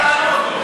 מירב,